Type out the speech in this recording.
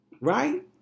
right